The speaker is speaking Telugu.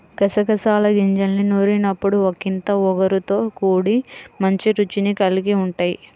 గసగసాల గింజల్ని నూరినప్పుడు ఒకింత ఒగరుతో కూడి మంచి రుచిని కల్గి ఉంటయ్